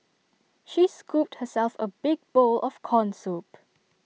she scooped herself A big bowl of Corn Soup